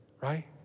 right